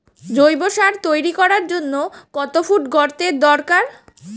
জৈব সার তৈরি করার জন্য কত ফুট গর্তের দরকার?